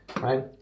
right